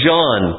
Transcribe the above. John